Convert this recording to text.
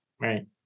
Right